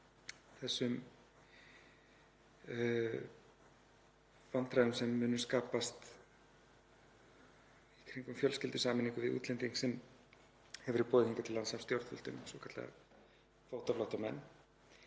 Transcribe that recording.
þessu vandræðum sem muni skapast í kringum fjölskyldusameiningu við útlending sem hefur verið boðið hingað til lands af stjórnvöldum, svokallaðan kvótaflóttamann.